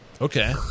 Okay